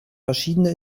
verschiedene